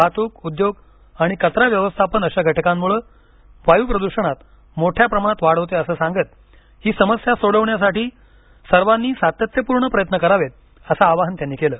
वाहतूक उद्योग आणि कचरा व्यवस्थापन अशा घटकांमुळे वायुप्रदुषणात मोठ्या प्रमाणात वाढ होते असं सांगत ही समस्या सोडवण्यासाठी सर्वांनी सातत्यपूर्ण प्रयत्न करावेत असं आवाहन त्यांनी केलं